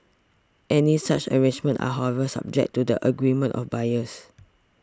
any such arrangements are however subject to the agreement of buyers